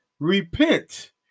Repent